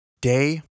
Day